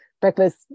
breakfast